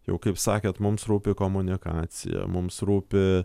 jau kaip sakėt mums rūpi komunikacija mums rūpi